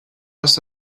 must